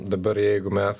dabar jeigu mes